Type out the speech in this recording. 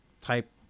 type